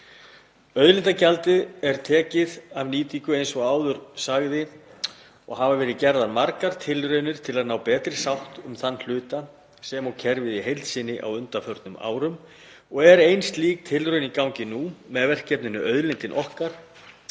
Auðlindagjaldið er tekið af nýtingu eins og áður sagði og hafa verið gerðar margar tilraunir til að ná betri sátt um þann hluta sem og kerfið í heild sinni á undanförnum árum og er ein slík tilraun í gangi nú með verkefninu Auðlindin okkar,